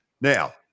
Now